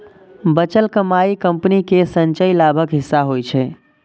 बचल कमाइ कंपनी केर संचयी लाभक हिस्सा होइ छै